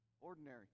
ordinary